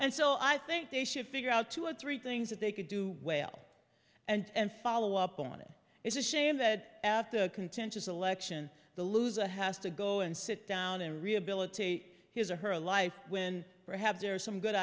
and so i think they should figure out two or three things that they could do well and follow up on it is a shame that after a contentious election the luiza has to go and sit down and rehabilitate his or her life when perhaps there are some good